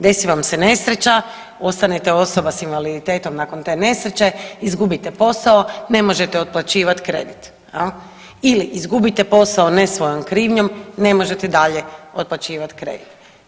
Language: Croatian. Desi vam se nesreća, ostanete osoba s invaliditetom nakon te nesreće, izgubite posao i ne možete otplaćivat kredit jel ili izgubite posao ne svojom krivnjom ne možete dalje otplaćivat kredit.